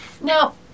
Now